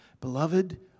Beloved